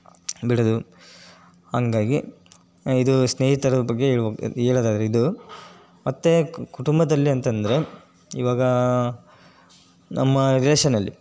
ಬಿಡೋದು ಹಾಗಾಗಿ ಇದು ಸ್ನೇಹಿತರ ಬಗ್ಗೆ ಹೇಳುವ ಹೇಳೋದಾದ್ರೆ ಇದು ಮತ್ತು ಕುಟುಂಬದಲ್ಲಿ ಅಂತಂದರೆ ಇವಾಗ ನಮ್ಮ ರಿಲೇಶನಲ್ಲಿ